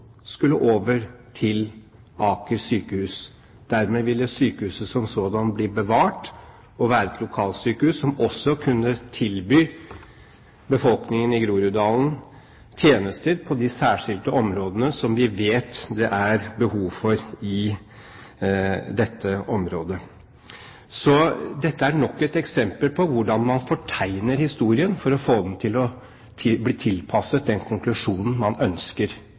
skulle over til Aker sykehus. Dermed ville sykehuset som sådant bli bevart og være et lokalsykehus som også kunne tilby befolkningen i Groruddalen tjenester på de særskilte områdene som vi vet det er behov for i dette området. Dette er nok et eksempel på hvordan man fortegner historien for å få den tilpasset den konklusjonen man ønsker